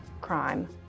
crime